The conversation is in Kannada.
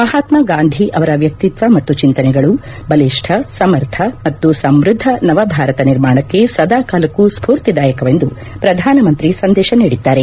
ಮಹಾತ್ಮ ಗಾಂಧಿ ಅವರ ವ್ಯಕ್ತಿತ್ವ ಮತ್ತು ಚಿಂತನೆಗಳು ಬಲಿಷ್ಣ ಸಮರ್ಥ ಮತ್ತು ಸಮ್ಬದ್ದ ನವಭಾರತ ನಿರ್ಮಾಣಕ್ಕೆ ಸದಾ ಕಾಲಕ್ಕೂ ಸ್ಪೂರ್ತಿದಾಯಕವೆಂದು ಪ್ರಧಾನಮಂತಿ ಸಂದೇಶ ನೀಡಿದ್ದಾರೆ